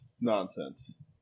nonsense